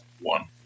one